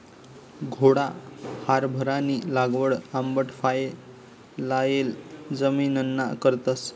घोडा हारभरानी लागवड आंबट फये लायेल जमिनना करतस